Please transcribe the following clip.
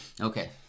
Okay